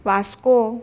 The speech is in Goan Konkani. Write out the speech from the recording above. वास्को